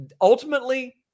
Ultimately